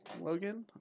logan